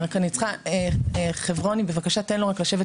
נא ציין